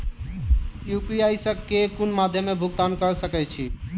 UPI सऽ केँ कुन मध्यमे मे भुगतान कऽ सकय छी?